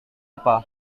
apa